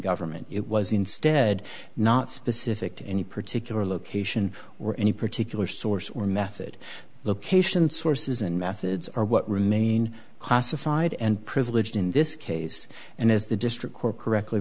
government it was instead not specific to any particular location or any particular source or method location sources and methods are what remain classified and privileged in this case and as the district court correctly